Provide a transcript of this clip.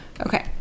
Okay